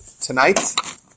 tonight